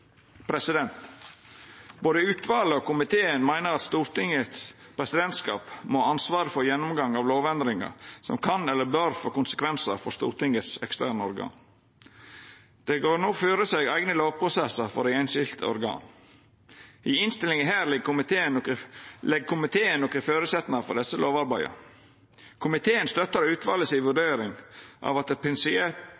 Både utvalet og komiteen meiner at Stortingets presidentskap må ha ansvaret for gjennomgang av lovendringar som kan eller bør få konsekvensar for Stortingets eksterne organ. Det går no føre seg eigne lovprosessar for dei einskilde organa. I innstillinga legg komiteen nokre føresetnader for desse lovarbeida. Komiteen støttar vurderinga til utvalet